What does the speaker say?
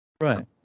right